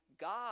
God